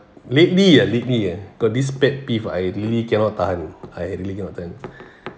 lately ah lately ah got this pet peeve i really cannot tahan I your turn